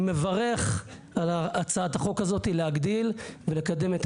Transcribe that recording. אני מברך על הצעת החוק הזאת להגדיל ולקדם את